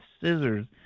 scissors